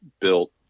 built